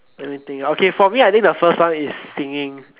let me think okay for me I think the first one is singing